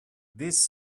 this